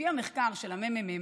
לפי המחקר של הממ"מ,